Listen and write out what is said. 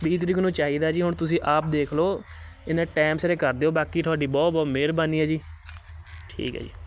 ਵੀਹ ਤਰੀਕ ਨੂੰ ਚਾਹੀਦਾ ਜੀ ਹੁਣ ਤੁਸੀਂ ਆਪ ਦੇਖ ਲਉ ਇਹ ਨਾਂ ਟਾਈਮ ਸਿਰ ਕਰ ਦਿਓ ਬਾਕੀ ਤੁਹਾਡੀ ਬਹੁਤ ਬਹੁਤ ਮਿਹਰਬਾਨੀ ਹੈ ਜੀ ਠੀਕ ਹੈ ਜੀ